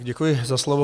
Děkuji za slovo.